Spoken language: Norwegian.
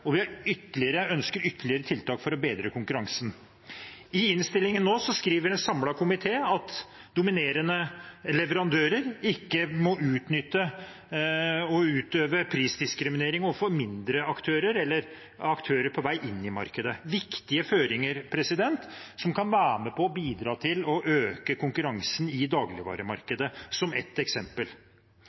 å bedre konkurransen. I innstillingen nå skriver en samlet komité at dominerende leverandører ikke må utøve prisdiskriminering overfor mindre aktører eller aktører på vei inn i markedet – viktige føringer som kan være med og bidra til å øke konkurransen i dagligvaremarkedet, som ett eksempel.